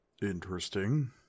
Interesting